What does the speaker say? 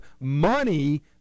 money